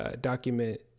document